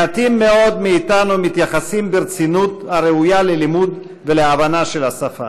מעטים מאוד מאתנו מתייחסים ברצינות הראויה ללימוד ולהבנה של השפה